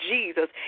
Jesus